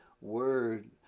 word